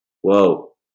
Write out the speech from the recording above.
Whoa